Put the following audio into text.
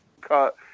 cut